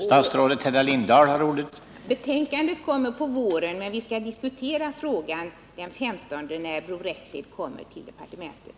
Herr talman! Huvudbetänkandet kommer till våren, men vi skall diskutera frågan den 15 december, när Bror Rexed kommer till departementet.